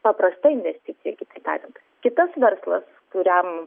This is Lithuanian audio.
paprasta investicija kitaip tariant kitas verslas kuriam